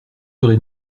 heures